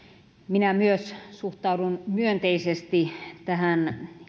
minä suhtaudun myös myönteisesti tähän